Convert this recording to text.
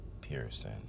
Pearson